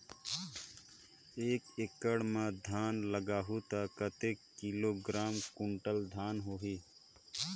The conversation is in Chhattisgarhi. एक एकड़ मां धान लगाहु ता कतेक किलोग्राम कुंटल धान होही?